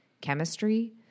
chemistry